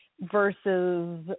versus